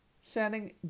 setting